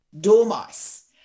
dormice